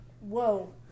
Whoa